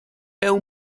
bell